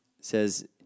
says